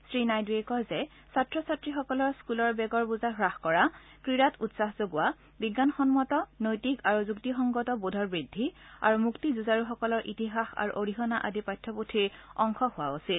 শ্ৰীনাইডুৱে কয় যে ছাত্ৰ ছাত্ৰীসকলৰ স্ফুল বেগৰ বোজা হ্ৰাস কৰা ক্ৰীড়াত উৎসাহ যোগোৱা বিজ্ঞানসন্মত নৈতিক আৰু যুক্তিসংগত বোধৰ বৃদ্ধি আৰু মুক্তি যুঁজাৰুসকলৰ ইতিহাস আৰু অৰিহণা আদি পাঠ্যপুঠিৰ অংশ হোৱা উচিত